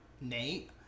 Nate